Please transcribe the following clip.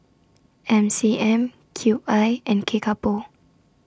M C M Cube I and Kickapoo